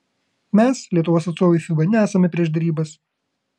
mes lietuvos atstovai fiba nesame prieš derybas